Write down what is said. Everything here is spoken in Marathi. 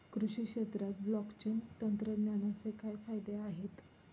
कृषी क्षेत्रात ब्लॉकचेन तंत्रज्ञानाचे काय फायदे आहेत?